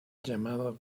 llamado